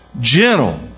gentle